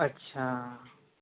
अच्छा